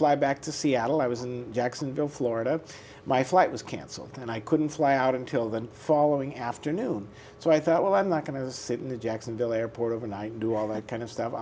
fly back to seattle i was in jacksonville florida my flight was canceled and i couldn't fly out until the following afternoon so i thought well i'm not going to sit in the jacksonville airport overnight do all that kind of stuff